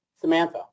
Samantha